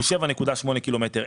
הוא 7.8 קילומטר.